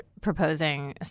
proposing